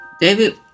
David